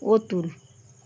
Atul